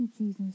jesus